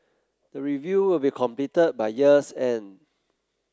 the review will be completed by year's end